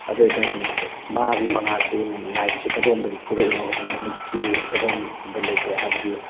ꯑꯗꯨꯏ ꯑꯣꯏꯇꯥꯔꯗꯤ ꯃꯥꯒꯤ ꯃꯉꯥꯜꯁꯦ ꯂꯥꯏꯠꯁꯦ ꯀꯗꯣꯝꯗꯒꯤ ꯐꯨꯔꯛꯏꯅꯣ ꯍꯧꯖꯤꯛ ꯅꯨꯃꯤꯠꯁꯤ ꯀꯔꯣꯝꯗ ꯂꯩꯈ꯭ꯔꯦ ꯍꯥꯏꯕꯗꯤ